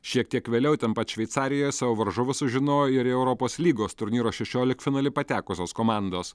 šiek tiek vėliau ten pat šveicarijoje savo varžovus sužinojo ir į europos lygos turnyro šešioliktfinalį patekusios komandos